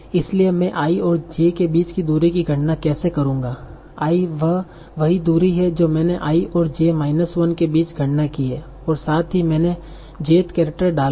इसलिए मैं i और j के बीच की दूरी की गणना कैसे करूंगा i वही दूरी है जो मैंने i और j माइनस 1 के बीच गणना की है और साथ ही मैंने jth केरेक्टर डाला है